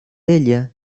ella